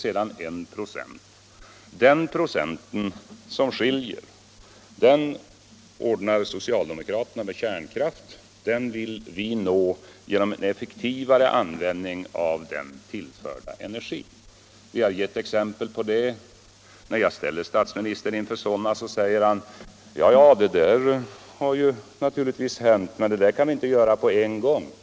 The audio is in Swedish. Sedan skiljer en procent. Denna procents ökning av energin vill socialdemokraterna ordna med hjälp av kärnkraft. Vi vill uppnå den genom en effektivare användning av den tillförda energin. Vi har gett exempel på det. När jag ger statsministern sådana, så säger han: Ja, det där har naturligtvis hänt, men det kan ni inte göra på en gång.